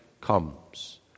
comes